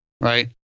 right